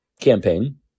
campaign